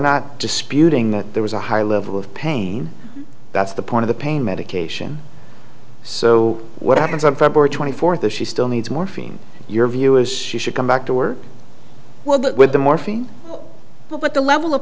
not disputing that there was a high level of pain that's the point of the pain medication so what happens on february twenty fourth she still needs morphine your view is she should come back to work well that with the morphine but the level of